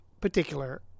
particular